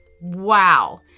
Wow